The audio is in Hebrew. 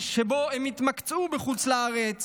שבו הם התמקצעו בחוץ לארץ